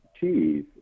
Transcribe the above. cheese